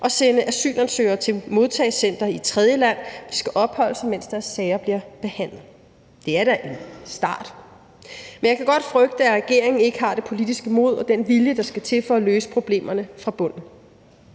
at sende asylansøgere til et modtagecenter i et tredjeland, hvor de skal opholde sig, mens deres sager bliver behandlet. Det er da en start, men jeg kan godt frygte, at regeringen ikke har det politiske mod og den vilje, der skal til for at løse problemerne fra bunden.